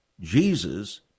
Jesus